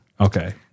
Okay